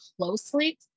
closely